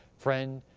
friend,